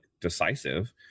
decisive